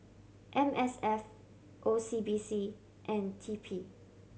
M S F O C B C and T P